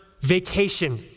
vacation